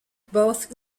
both